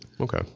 Okay